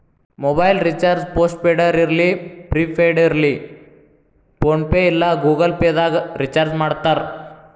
mobile recharge post ಪೇಡರ ಇರ್ಲಿ prepaid ಇರ್ಲಿ ಫೋನ್ಪೇ ಇಲ್ಲಾ ಗೂಗಲ್ ಪೇದಾಗ್ ರಿಚಾರ್ಜ್ಮಾಡ್ತಾರ